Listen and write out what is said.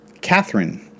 catherine